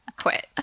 quit